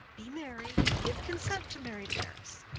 be merry, give consent to marry paris.